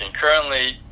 Currently